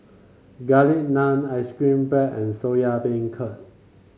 Garlic Naan ice cream bread and Soya Beancurd